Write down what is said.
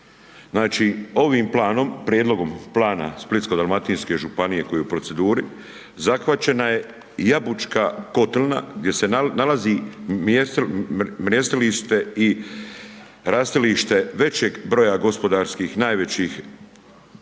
ovim prijedlogom plana Splitsko-dalmatinske županije koji je u proceduri zahvaćena je jabučka kotlina gdje se nalazi mrijestilište i rastilište većeg broja gospodarskih najvećih prirodnih